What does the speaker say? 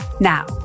Now